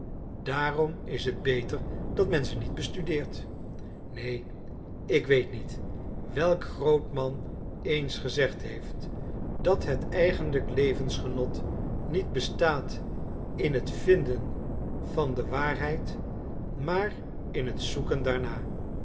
daarom is het beter dat men ze niet bestudeert neen ik weet niet welk groot man eens gezegd heeft dat het eigenlijk levensgenot niet bestaat in het vinden van de waarheid maar in het zoeken daarnaar